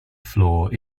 floor